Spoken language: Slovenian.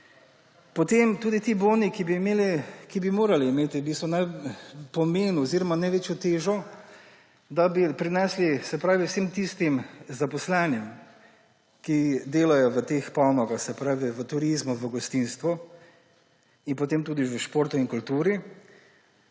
drugega. Ti boni, ki bi morali imeti v bistvu pomen oziroma največjo težo, da bi prinesli vsem tistim zaposlenim, ki delajo v teh panogah, se pravi v turizmu, v gostinstvu in potem tudi v športu in kulturi,